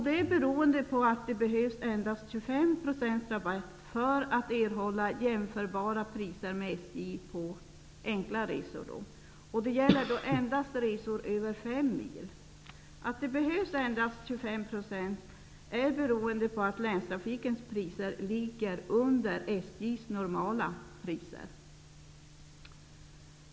Det beror på att det behövs endast 25 % rabatt för att erhålla priser som är jämförbara med SJ:s på enkla resor. Det gäller endast resor som är längre än fem mil. Att det behövs endast 25 % beror på att länstrafikens priser ligger under SJ:s normala priser.